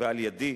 ועל-ידי,